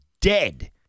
dead